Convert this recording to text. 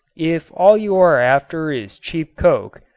if all you are after is cheap coke,